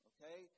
Okay